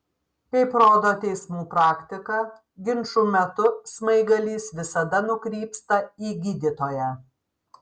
kaip rodo teismų praktika ginčų metu smaigalys visada nukrypsta į gydytoją